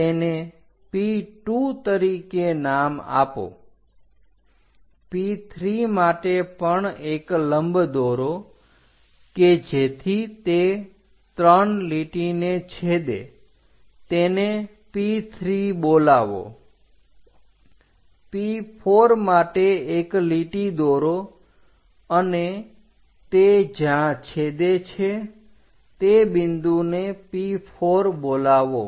તેને P2 તરીકે નામ આપો P3 માટે પણ એક લંબ દોરો કે જેથી તે 3 લીટીને છેદે તેને P3 બોલાવો P4 માટે એક લીટી દોરો અને તે જ્યાં છેદે છે તે બિંદુને P4 બોલાવો